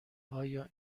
آیا